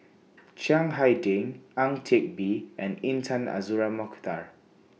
Chiang Hai Ding Ang Teck Bee and Intan Azura Mokhtar